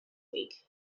week